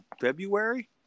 February